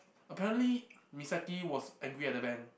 apparently Misaki was angry at the band